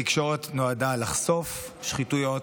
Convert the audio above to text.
התקשורת נועדה לחשוף שחיתויות,